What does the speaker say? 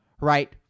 right